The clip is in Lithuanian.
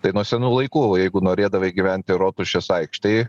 tai nuo senų laikų jeigu norėdavai gyventi rotušės aikštėj